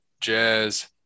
Jazz